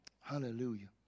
Hallelujah